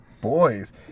Boys